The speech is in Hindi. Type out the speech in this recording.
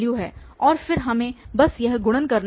और फिर हमें बस यह गुणन करना है और फिर हमें इसका योग करना है